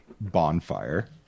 Bonfire